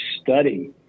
study